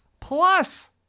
plus